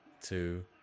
two